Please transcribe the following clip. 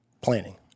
planning